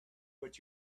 what